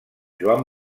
joan